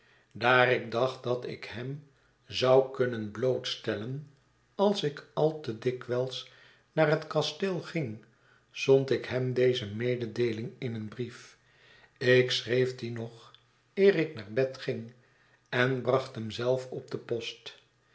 daar ik dacht dat ik hem zou kunnen blootstellen als ik al te dikwijls naar het kasteel ging zond ik hem deze mededeeling in een brief ik schreef dien nog eer ik naar bed ging en bracht hem zelf op de post